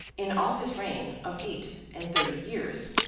in all his reign of eight and thirty years.